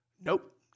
Nope